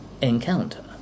encounter